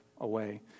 away